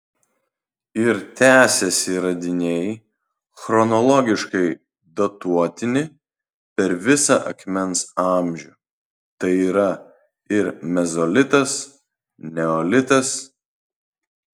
ir tęsiasi radiniai chronologiškai datuotini per visą akmens amžių tai yra ir mezolitas neolitas